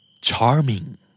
Charming